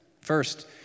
First